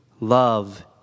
love